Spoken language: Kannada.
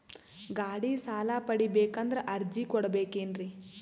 ಗಾಡಿ ಸಾಲ ಪಡಿಬೇಕಂದರ ಅರ್ಜಿ ಕೊಡಬೇಕೆನ್ರಿ?